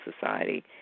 Society